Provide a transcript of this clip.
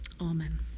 Amen